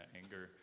anger